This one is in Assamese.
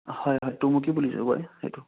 হয় হয় টুমুকী বুলি যে কয় সেইটো